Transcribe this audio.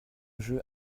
jeux